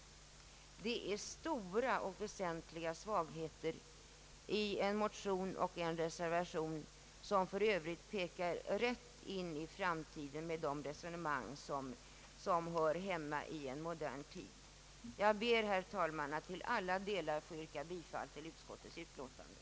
Detta är stora och väsentliga svagheter i en motion och en reservation, som för övrigt pekar rätt in i framtiden med resonemang som hör hemma i en modern tid. Jag ber, herr talman, att få yrka bifall till utskottets hemställan.